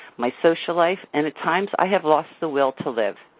my social life, and at times i have lost the will to live.